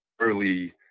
early